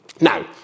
Now